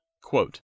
quote